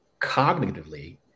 cognitively